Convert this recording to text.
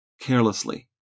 carelessly